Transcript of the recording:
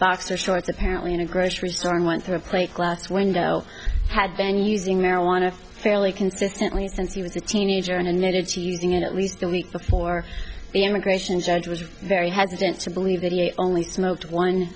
boxer shorts apparently in a grocery store and went through a plate glass window had been using marijuana fairly consistently since he was a teenager and admitted to using it at least two weeks before the immigration judge was very hesitant to believe that he only smoked one